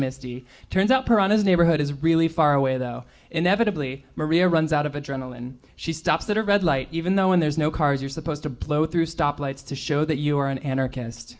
misty turns out her on his neighborhood is really far away though inevitably maria runs out of adrenaline she stops that or red light even though when there's no cars you're supposed to blow through stop lights to show that you are an anarchist